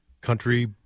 country